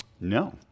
No